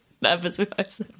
nervous